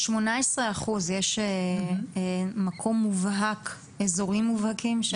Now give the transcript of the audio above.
ה-18% יש מקום מובהק, אזורים מובהקים?